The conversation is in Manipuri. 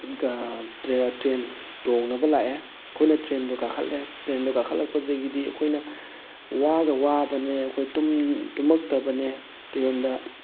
ꯇ꯭ꯔꯦꯟ ꯇꯣꯡꯅꯕ ꯂꯥꯛꯑꯦ ꯑꯩꯈꯣꯏꯅ ꯇ꯭ꯔꯦꯟꯗꯣ ꯀꯥꯈꯠꯂꯦ ꯇ꯭ꯔꯦꯟꯗꯣ ꯀꯥꯈꯠꯂꯛꯄꯗꯒꯤꯗꯤ ꯑꯩꯈꯣꯏꯅ ꯋꯥꯒ ꯋꯥꯕꯅꯦ ꯑꯩꯈꯣꯏ ꯇꯨꯝꯃꯛꯇꯕꯅꯦ ꯇ꯭ꯔꯦꯟꯗ